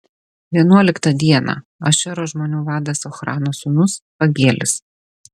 vienuoliktą dieną ašero žmonių vadas ochrano sūnus pagielis